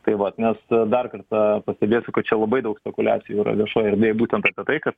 tai vat nes dar kartą pastebėsiu kad čia labai daug spekuliacijų yra viešoj erdvėj būtent apie tai kad